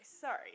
sorry